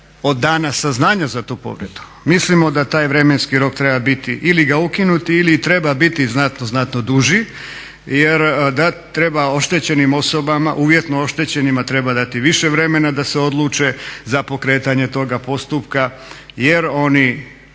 od dana saznanja za tu povredu. Mislimo da taj vremenski rok treba biti, ili ga ukinuti ili treba biti znatno, znatno duži jer treba oštećenim osobama, uvjetno oštećenima, treba dati više vremena da se odluče za pokretanje toga postupka jer oni